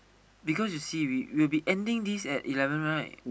because you see we we'll be ending this at eleven right